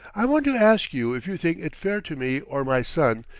i want to ask you if you think it fair to me or my son,